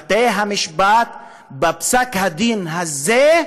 בפסק הדין הזה,